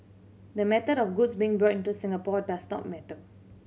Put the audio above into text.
the method of goods being brought into Singapore does not matter